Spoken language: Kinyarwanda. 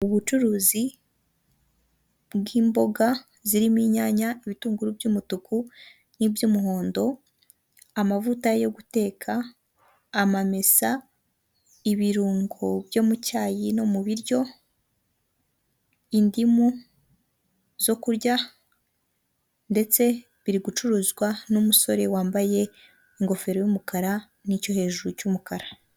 ubucuruzi bw'imboga zirimo inyanya ibitunguru by'umutuku n'iby'umuhondo amavuta yo guteka amamesa ibirungo byo mu cyayi no mu biryo indimu zo kurya ndetse biri gucuruzwa numusore wambaye ingofero y'umukara nicyo hejuru cy'umukara.